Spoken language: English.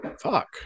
Fuck